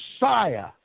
Messiah